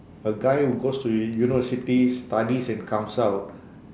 a guy who goes to u~ universities studies and comes out